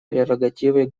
прерогативой